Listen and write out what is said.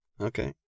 Okay